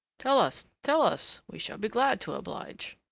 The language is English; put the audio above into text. tell us, tell us, we shall be glad to oblige.